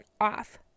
off